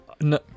No